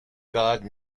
god